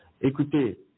Écoutez